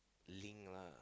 link lah